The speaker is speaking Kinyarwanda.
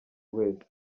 wese